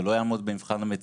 זה לא יעמוד במבחן המציאות.